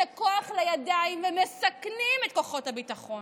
הכוח לידיים ומסכנים את כוחות הביטחון.